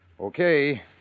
Okay